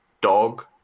Dog